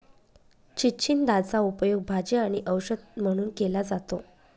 चिचिंदाचा उपयोग भाजी आणि औषध म्हणून केला जातो